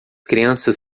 crianças